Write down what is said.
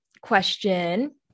Question